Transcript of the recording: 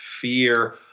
fear